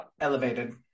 elevated